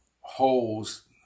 holes